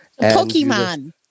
Pokemon